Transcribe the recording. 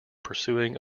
pursuing